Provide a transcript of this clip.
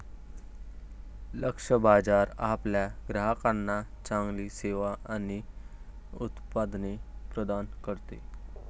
लक्ष्य बाजार आपल्या ग्राहकांना चांगली सेवा आणि उत्पादने प्रदान करते